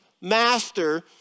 master